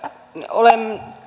olen